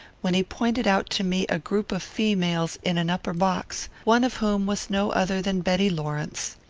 when he pointed out to me a group of females in an upper box, one of whom was no other than betty lawrence.